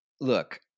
Look